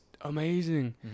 amazing